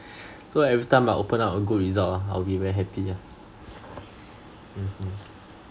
so every time I open up a good result ah I'll be very happy ah mmhmm